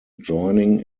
joining